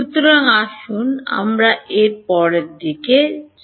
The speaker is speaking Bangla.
সুতরাং আসুন আমরা এর পরের আসুন